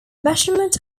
measurement